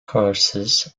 courses